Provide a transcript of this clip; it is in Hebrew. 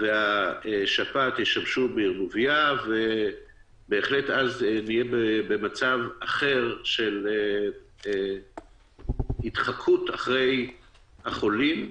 והשפעת ישמשו בעירבוביה ובהחלט אז נהיה במצב אחר של התחקות אחרי החולים,